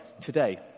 today